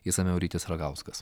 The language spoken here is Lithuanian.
išsamiau rytis ragauskas